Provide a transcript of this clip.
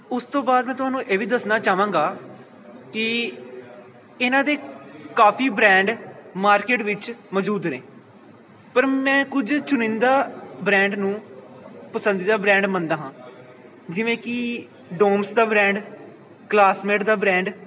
ਉਸ ਤੋਂ ਬਾਅਦ ਮੈਂ ਤੁਹਾਨੂੰ ਇਹ ਵੀ ਦੱਸਣਾ ਚਾਹਵਾਂਗਾ ਕਿ ਇਹਨਾਂ ਦੇ ਕਾਫੀ ਬ੍ਰੈਂਡ ਮਾਰਕੀਟ ਵਿੱਚ ਮੌਜੂਦ ਨੇ ਪਰ ਮੈਂ ਕੁਝ ਚੁਨਿੰਦਾ ਬ੍ਰੈਂਡ ਨੂੰ ਪਸੰਦੀਦਾ ਬ੍ਰੈਂਡ ਮੰਨਦਾ ਹਾਂ ਜਿਵੇਂ ਕਿ ਡੋਮਸ ਦਾ ਬ੍ਰੈਂਡ ਕਲਾਸਮੇਟ ਦਾ ਬ੍ਰੈਂਡ